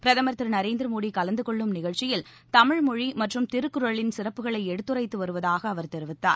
பிரதம் திரு நரேந்திர மோடி கலந்து கொள்ளும் நிகழ்ச்சியில் தமிழ் மொழி மற்றும் திருக்குறளின் சிறப்புகளை எடுத்துரைத்து வருவதாக அவர் தெரிவித்தார்